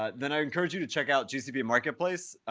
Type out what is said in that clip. ah then i encourage you to check out gcb marketplace.